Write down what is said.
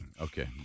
Okay